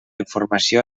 informació